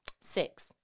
Six